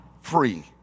free